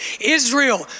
Israel